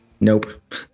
nope